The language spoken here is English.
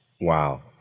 Wow